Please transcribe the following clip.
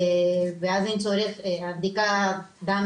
ואז אין צורך בבדיקת הדם